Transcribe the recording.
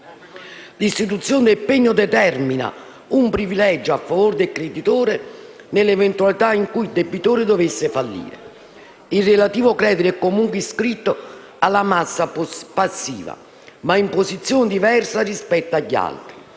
L'istituzione del pegno determina un privilegio a favore del creditore, nell'eventualità in cui il debitore dovesse fallire. Il relativo credito è comunque iscritto nella massa passiva, ma in posizione diversa rispetto agli altri.